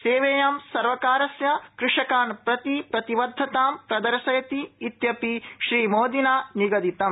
सेवेयं सर्वकारस्य कृषकान् प्रति प्रतिबद्धतां प्रदर्शयति इत्यपि श्रीमोदिना निगदितम्